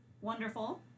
wonderful